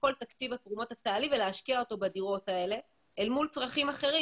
כל תקציב התרומות הצה"לי ולהשקיע אותו בדירות האלה אל מול צרכים אחרים.